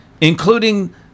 including